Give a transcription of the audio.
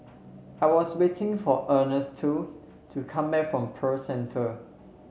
I was waiting for Ernesto to come back from Pearl Centre